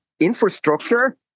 infrastructure